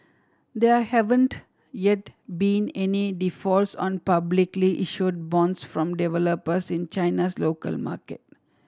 there haven't yet been any defaults on publicly issued bonds from developers in China's local market